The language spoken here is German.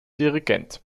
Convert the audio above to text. dirigent